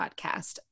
podcast